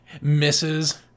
misses